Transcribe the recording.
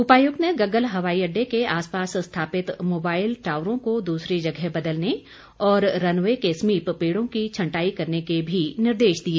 उपायुक्त ने गग्गल हवाई अड्डे के आसपास स्थापित मोबाईल टावरों को दूसरी जगह बदलने और रनवे के आसपास पेड़ों की छंटाई करने के भी निर्देश दिए